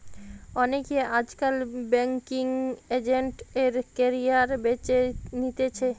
অনেকে আজকাল banking agent এর ক্যারিয়ার বেছে নিতেছে